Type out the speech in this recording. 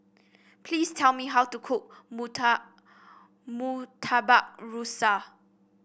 please tell me how to cook murta Murtabak Rusa